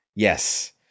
Yes